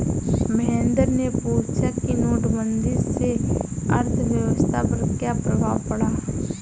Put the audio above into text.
महेंद्र ने पूछा कि नोटबंदी से अर्थव्यवस्था पर क्या प्रभाव पड़ा